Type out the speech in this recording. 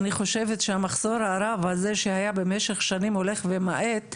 אני חושבת שהמחסור הרב הזה שהיה במשך שנים הולך ומתמעט,